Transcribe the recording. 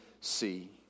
see